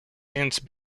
since